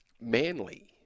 Manly